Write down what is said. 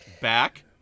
Back